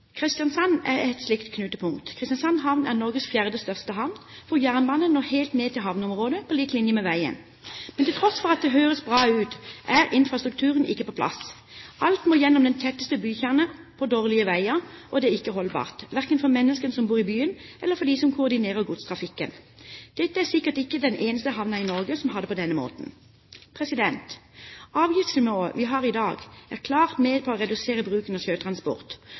Kristiansand er et slikt knutepunkt. Kristiansand havn er Norges fjerde største havn, hvor jernbanen når helt ned til havneområdet, på lik linje med veien. Men til tross for at det høres bra ut, er infrastrukturen ikke på plass. Alt må gjennom den tetteste bykjerne på dårlige veier, og det er ikke holdbart, verken for menneskene som bor i byen, eller for dem som koordinerer godstrafikken. Dette er sikkert ikke den eneste havnen i Norge som har det på denne måten. Avgiftsnivået vi har i dag, er klart med på å redusere bruken av sjøtransport,